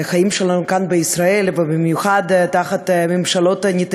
חברת הכנסת